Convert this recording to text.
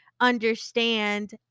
understand